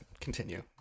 continue